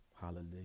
Hallelujah